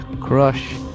crush